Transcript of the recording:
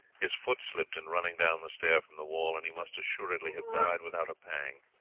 his foot slipped in running down the stair from the wall, and he must assuredly have died without a pang.